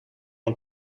dan